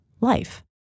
life